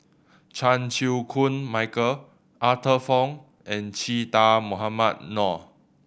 Chan Chew Koon Michael Arthur Fong and Che Dah Mohamed Noor